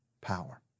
power